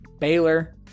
Baylor